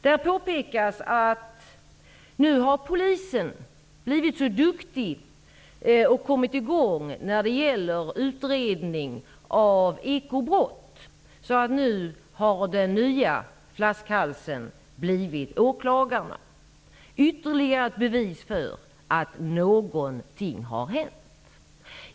Där påpekas att Polisen nu har blivit så duktig och kommit i gång när det gäller utredning av ekobrott att den nya flaskhalsen nu är åklagarna. Detta är ytterligare ett bevis för att någonting har hänt.